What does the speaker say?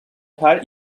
her